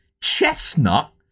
Chestnut